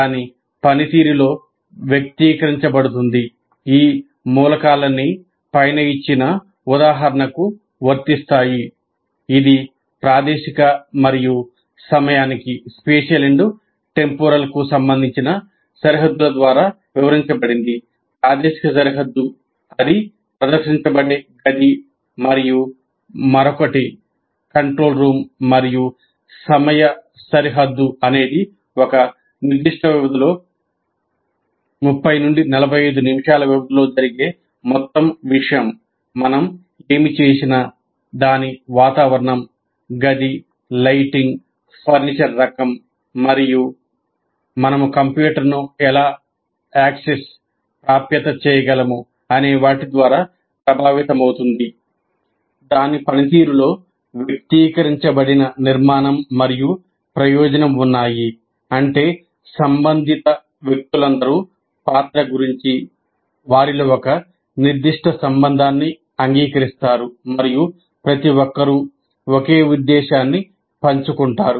దాని పనితీరులో వ్యక్తీకరించబడిన నిర్మాణం మరియు ప్రయోజనం ఉన్నాయి అంటే సంబంధిత వ్యక్తులందరూ పాత్ర గురించి వారిలో ఒక నిర్దిష్ట సంబంధాన్ని అంగీకరిస్తారు మరియు ప్రతి ఒక్కరూ ఒకే ఉద్దేశ్యాన్ని పంచుకుంటారు